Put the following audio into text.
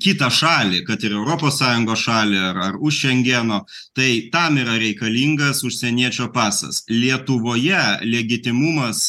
kitą šalį kad ir europos sąjungos šalį ar ar už šengeno tai tam yra reikalingas užsieniečio pasas lietuvoje legitimumas